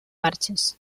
marxes